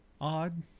Odd